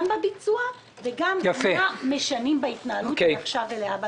גם בביצוע וגם מה משנים בהתנהלות מעכשיו ולהבא.